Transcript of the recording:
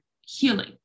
healing